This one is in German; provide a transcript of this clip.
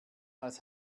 als